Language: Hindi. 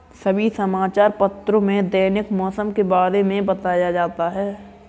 सभी समाचार पत्रों में दैनिक मौसम के बारे में बताया जाता है